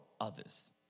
others